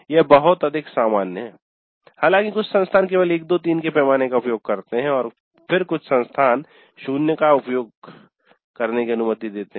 यह बहुत अधिक सामान्य है हालांकि कुछ संस्थान केवल 1 2 3 के पैमाने का उपयोग करते हैं और फिर कुछ संस्थान 0 का भी उपयोग करने की अनुमति देते हैं